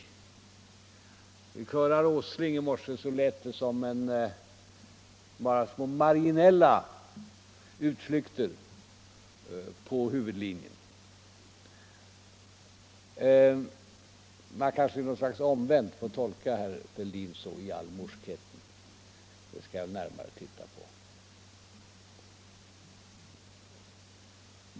När herr Åsling talade i morse lät det som om det bara var fråga om små marginella utflykter från huvudlinjen. Man får kanske på något slags omvänt sätt tolka herr Fälldin så i all morskheten. Det skall jag närmare titta på.